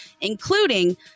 including